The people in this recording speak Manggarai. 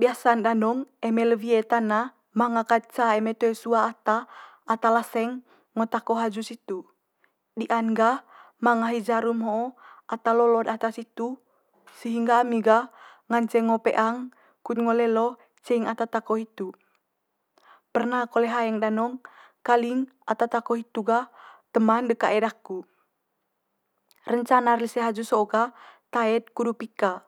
Biasa'n danong eme le wie tana manga kat ca eme toe sua ata, ata laseng ngo tako haju situ. Di'an gah manga hi jarum ho'o ata lolo'd ata situ sehingga ami gah ngance ongo peang kut ngo lelo ceing ata tako hitu. Perna kole haeng danong, kaling ata tako hitu gah teman de kae daku. Rencana'r lise haju so'o gah tae'd kudut pika.